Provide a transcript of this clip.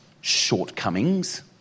Shortcomings